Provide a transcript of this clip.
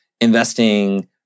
investing